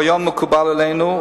הרעיון מקובל עלינו,